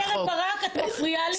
חברת הכנסת קרן ברק, את מפריעה לי.